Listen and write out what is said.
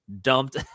dumped